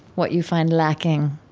what you find lacking,